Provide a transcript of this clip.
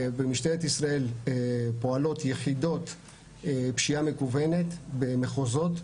במשטרת ישראל פועלות יחידות פשיעה מקוונת במחוזות,